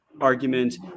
argument